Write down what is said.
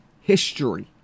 history